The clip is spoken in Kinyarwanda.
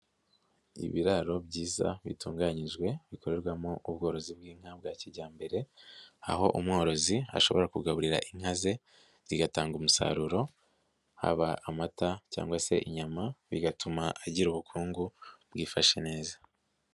Ibiraro byiza bitunganyijwe, bikorerwamo ubworozi bw'inka bwa kijyambere. Aho umworozi ashobora kugaburira inka ze, zigatanga umusaruro, haba amata cyangwa se inyama, bigatuma agira ubukungu, bwifashe neza.